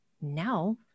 now